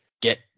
get